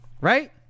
right